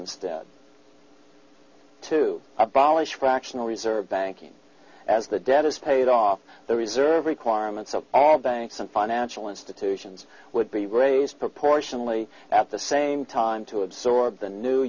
instead to abolish fractional reserve banking as the debt is paid off the reserve requirements of all banks and financial institutions would be raised proportionally at the same time to absorb the new